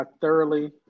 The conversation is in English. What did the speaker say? thoroughly